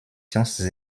sciences